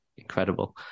incredible